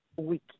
week